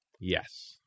Yes